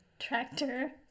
Tractor